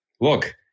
look